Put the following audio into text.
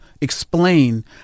explain